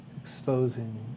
exposing